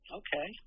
okay